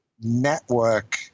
network